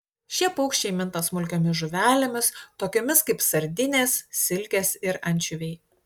šie paukščiai minta smulkiomis žuvelėmis tokiomis kaip sardinės silkės ir ančiuviai